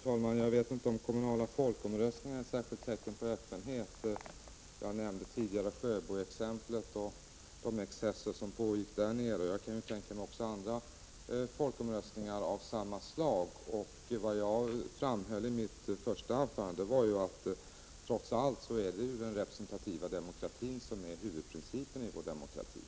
Fru talman! Jag vet inte om kommunala folkomröstningar är något särskilt tecken på öppenhet. Jag nämnde tidigare exemplet med Sjöbo och de excesser som pågick där. Man kan tänka sig andra folkomröstningar av samma slag. I mitt inledningsanförande framhöll jag att det trots allt är den representativa demokratin som är huvudprincipen i vårt statsskick.